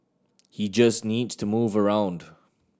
he just needs to move around